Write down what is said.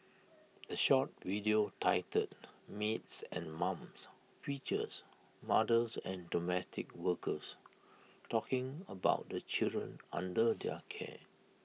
the short video titled maids and mums features mothers and domestic workers talking about the children under their care